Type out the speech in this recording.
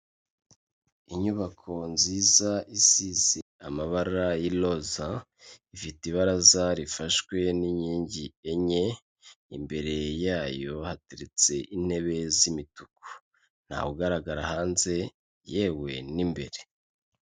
Inyubako nziza isize amabara y'iroza, ifite ibaraza rifashwe n'inkingi enye, imbere yayo hateretse intebe z'imituku. Nta wugaragara hanze yewe n'imbere.